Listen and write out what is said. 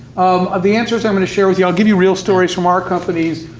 um ah the answers i'm going to share with you, i'll give you real stories from our companies.